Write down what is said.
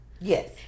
Yes